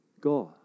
God